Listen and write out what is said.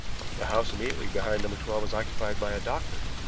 the house immediately behind no. twelve is occupied by a doctor.